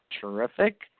terrific